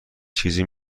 چیزی